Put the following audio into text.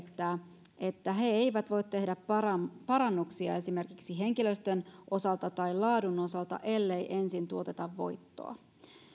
että he eivät voi tehdä parannuksia parannuksia esimerkiksi henkilöstön osalta tai laadun osalta ellei ensin tuoteta voittoa